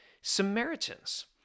Samaritans